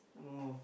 oh